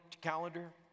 calendar